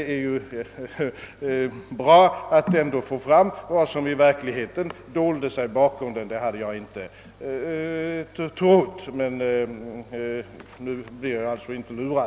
Det är dock bra att det kommer fram vad som verkligen dolde sig bakom den, så att vi inte blir lurade.